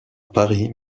paris